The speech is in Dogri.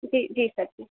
जी जी सर जी